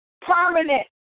permanent